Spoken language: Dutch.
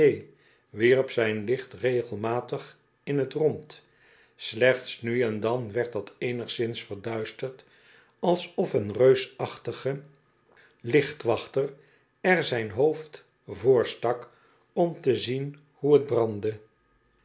wierp zijn licht regelmatig in t rond slechts nu en dan werd dat eenigszins verduisterd alsof een reusachtige licht wachter er zijn hoofd voor stak om te zien hoe het brandde